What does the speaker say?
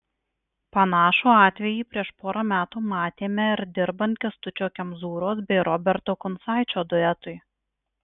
panašų atvejį prieš porą metų matėme ir dirbant kęstučio kemzūros bei roberto kuncaičio duetui